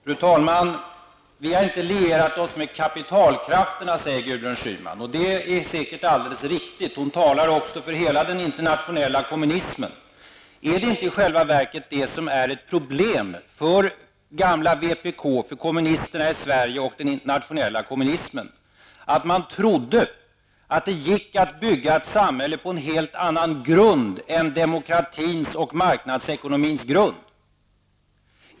Fru talman! Vi har inte lierat oss med kapitalkrafterna, säger Gudrun Schyman. Det är säkert alldeles riktigt. Gudrun Schyman talar också för hela den internationella kommunismen. Är det inte i själva verket det som är problemet för det gamla vpk, för kommunisterna i Sverige och den internationella kommunismen, att man trodde att det gick att bygga ett samhälle på en helt annan grund än demokratins och marknadsekonomins?